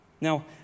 now